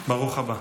ברוך הבא.